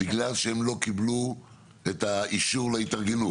בגלל שהם לא קיבלו את האישור להתארגנות.